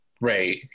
Right